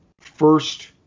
first –